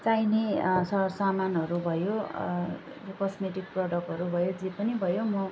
चाहिने सरसामानहरू भयो कस्मेटिक प्रडक्टहरू भयो जे पनि म